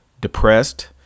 depressed